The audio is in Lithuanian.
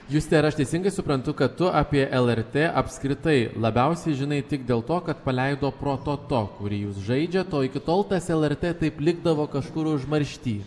juste ar aš teisingai suprantu kad tu apie lrt apskritai labiausiai žinai tik dėl to kad paleido prototo kurį jūs žaidžiat o iki tol tas lrt taip likdavo kažkur užmaršty